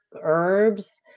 herbs